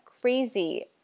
crazy